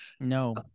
No